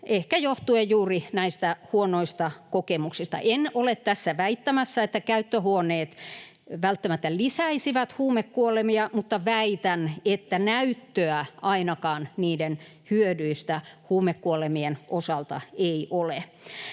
ehkä johtuen juuri näistä huonoista kokemuksista. En ole tässä väittämässä, että käyttöhuoneet välttämättä lisäisivät huumekuolemia, mutta väitän, että näyttöä ainakaan niiden hyödyistä huumekuolemien osalta ei ole.